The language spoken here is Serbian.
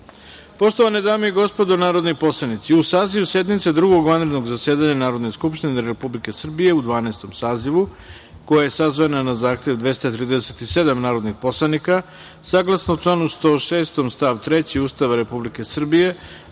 sazivu. Poštovane dame i gospodo narodni poslanici, uz saziv sednice Drugog vanrednog zasedanja Narodne skupštine Republike Srbije u Dvanaestom sazivu, koja je sazvana na zahtev 237 narodnih poslanika, saglasno članu 106. stav 3. Ustava Republike Srbije,